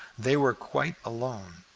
they were quite alone,